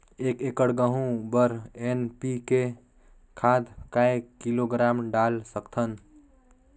एक एकड़ गहूं बर एन.पी.के खाद काय किलोग्राम डाल सकथन?